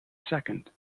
second